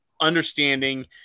understanding